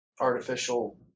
artificial